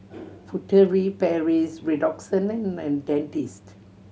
Furtere Paris Redoxon and Dentiste